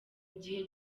gihe